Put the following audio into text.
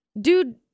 Dude